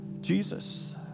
Jesus